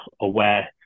aware